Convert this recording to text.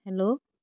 hello